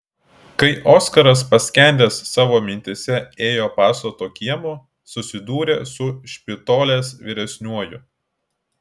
kai oskaras paskendęs savo mintyse ėjo pastato kiemu susidūrė su špitolės vyresniuoju